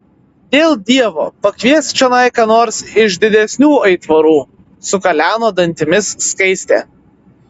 dėl dievo pakviesk čionai ką nors iš didesnių aitvarų sukaleno dantimis skaistė